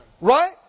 Right